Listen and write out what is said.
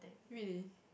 really